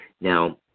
Now